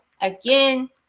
again